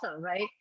Right